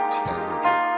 terrible